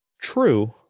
True